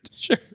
Sure